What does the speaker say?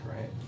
right